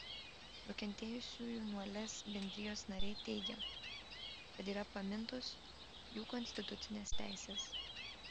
nukentėjusiųjų nuo lez bendrijos nariai teigia kad yra pamintos jų konstitucinės teisės